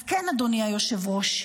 אז כן, אדוני היושב-ראש,